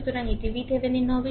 সুতরাং এটি VThevenin হবে